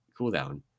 cooldown